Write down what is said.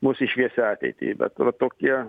mus į šviesią ateitį bet va tokie